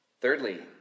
Thirdly